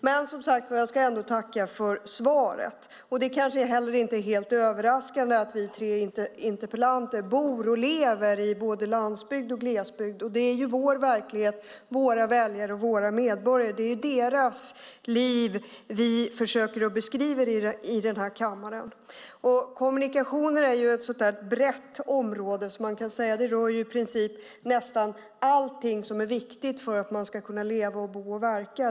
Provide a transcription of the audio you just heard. Men jag ska som sagt ändå tacka för svaret. Det kanske inte heller är helt överraskande att vi tre interpellanter bor och lever i både landsbygd och glesbygd, och det är våra väljares och våra medborgares liv som vi försöker beskriva i den här kammaren. Kommunikationer är ett brett område som rör i princip allting som är viktigt för att man ska kunna leva, bo och verka.